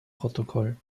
protokoll